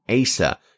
Asa